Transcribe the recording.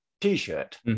T-shirt